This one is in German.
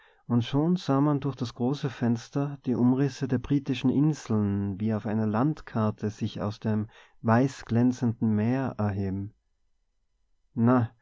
und schon sah man durch das große fenster die umrisse der britischen inseln wie auf einer landkarte sich aus dem weißglänzenden meer erheben na